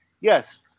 Yes